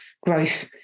growth